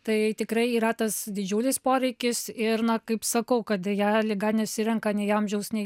tai tikrai yra tas didžiulis poreikis ir na kaip sakau kad deja liga nesirenka nei amžiaus nei